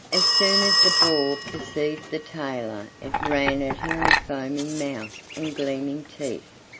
as soon as the boar perceived the tailor it ran at him with foaming mouth and gleaming teeth,